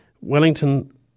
Wellington